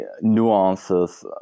nuances